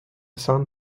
sun